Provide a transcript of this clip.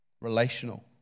Relational